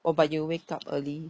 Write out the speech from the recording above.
oh but you wake up early